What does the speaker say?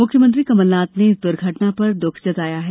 मुख्यमंत्री कमलनाथ ने इस दुर्घटना पर दुख व्यक्त किया है